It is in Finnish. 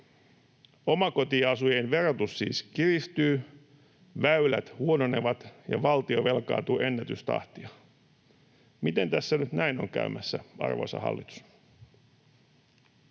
Omakotiasujien verotus siis kiristyy, väylät huononevat ja valtio velkaantuu ennätystahtia. Miten tässä nyt näin on käymässä, arvoisa hallitus?